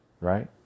right